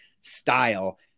style